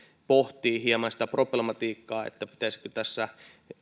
pohti hieman sitä problematiikkaa että pitäisikö tässä